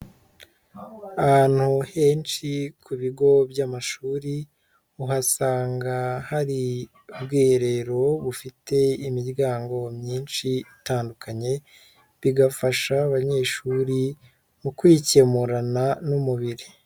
Ahantu henshi ku bigo by'amashuri uhasanga hari ubwiherero bufite imiryango myinshi itandukanye, bigafasha abanyeshuri mu kwikemurana n'umubiri.